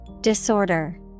Disorder